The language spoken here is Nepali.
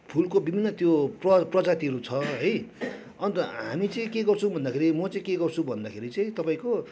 फुलको विभिन्न त्यो प्र प्रजातिहरू छ है अन्त हामी चाहिँ के गर्छौँ भन्दाखेरि म चाहिँ के गर्छु भन्दाखेरि चाहिँ तपाईँको